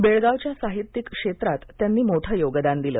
बेळगावच्या साहित्यिक क्षेत्रात त्यांनी मोठे योगदान दिले